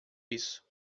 isso